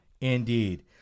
Indeed